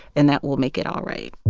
and that will make it all right